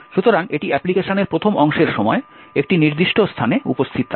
সুতরাং এটি অ্যাপ্লিকেশনের প্রথম অংশের সময় একটি নির্দিষ্ট স্থানে উপস্থিত থাকে